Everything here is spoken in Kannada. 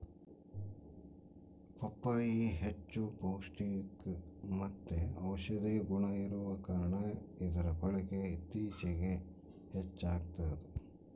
ಪಪ್ಪಾಯಿ ಹೆಚ್ಚು ಪೌಷ್ಟಿಕಮತ್ತೆ ಔಷದಿಯ ಗುಣ ಇರುವ ಕಾರಣ ಇದರ ಬಳಕೆ ಇತ್ತೀಚಿಗೆ ಹೆಚ್ಚಾಗ್ತದ